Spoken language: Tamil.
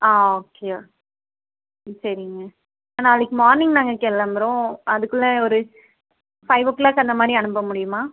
ஓகே ஓகே ம் சரிங்க நாளைக்கு மார்னிக் நாங்கள் கிளம்புறோம் அதுக்குள்ளே ஒரு ஃபை வோ கிளாக் அந்த மாதிரி அனுப்ப முடியுமா